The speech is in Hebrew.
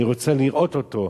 אני רוצה לראות אותו.